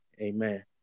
amen